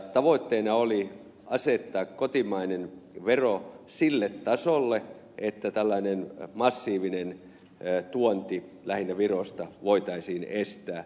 tavoitteena oli asettaa kotimainen vero sille tasolle että tällainen massiivinen tuonti lähinnä virosta voitaisiin estää